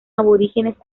aborígenes